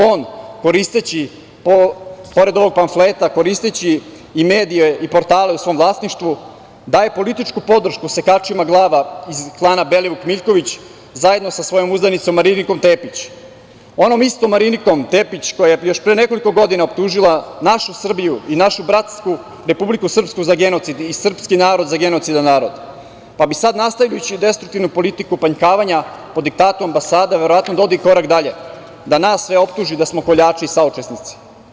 On koristeći, pored ovog pamfleta, koristeći i medije i portale u svom vlasništvu daje političku podršku sekačima glava iz klana Belivuk – Miljković, zajedno sa svojom uzdanicom Marinikom Tepić, onom istom Marinikom Tepić koja je još pre nekoliko godina optužila našu Srbiju i našu bratsku Republiku Srpsku za genocid i srpski narod za genocidan narod, pa bi sad nastaviću destruktivno politiku opankavanja po diktatu ambasada verovatno da ode korak dalje, da nas sve optuži da smo koljači i saučesnici.